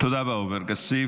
תודה רבה, עופר כסיף.